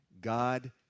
God